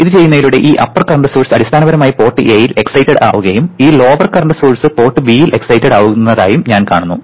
ഇത് ചെയ്യുന്നതിലൂടെ ഈ അപ്പർ കറന്റ് സോഴ്സ് അടിസ്ഥാനപരമായി പോർട്ട് എയിൽ എക്സൈറ്റഡ് ആവുകയും ഈ ലോവർ കറന്റ് സോഴ്സ് പോർട്ട് ബിയിൽ എക്സൈറ്റഡ് ആവുന്നതായും ഞാൻ കാണുന്നു